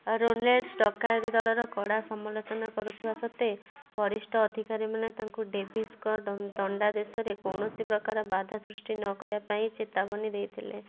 ଡକାୟତି ଦଳର କଡ଼ା ସମାଲୋଚନା କରୁଥିବା ସତ୍ତ୍ୱେ ବରିଷ୍ଠ ଅଧିକାରୀମାନେ ତାଙ୍କୁ ଡେଭିସ୍ଙ୍କ ଦଣ୍ଡାଦେଶରେ କୌଣସି ପ୍ରକାର ବାଧା ସୃଷ୍ଟି ନକରିବା ପାଇଁ ଚେତାବନୀ ଦେଇଥିଲେ